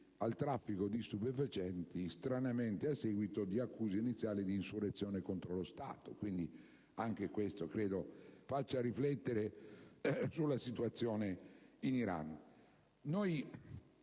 al traffico di stupefacenti, stranamente a seguito di accuse iniziali di insurrezione contro lo Stato. Quindi, anche questo credo faccia riflettere sulla situazione in Iran.